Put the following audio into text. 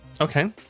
Okay